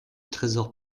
tresors